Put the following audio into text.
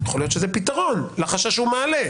יכול להיות שזה פתרון לחשש שהוא מעלה.